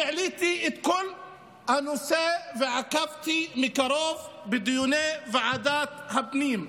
והעליתי את כל הנושא ועקבתי מקרוב אחרי דיוני ועדת הפנים,